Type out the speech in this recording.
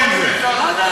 הכללים, מה זה הדבר הזה?